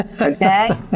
Okay